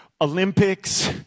Olympics